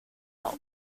are